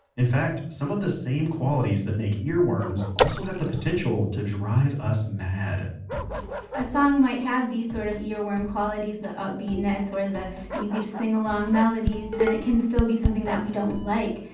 in fact some of the same qualities that make earworms also have the potential to drive us mad a song might have these sort of earworm qualities, the upbeatness or the easy to sing along melodies, and it can still be something that we don't like.